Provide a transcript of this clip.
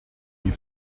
die